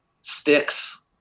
sticks